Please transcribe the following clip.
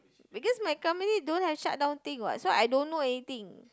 because my company don't have shut down thing what so I don't know anything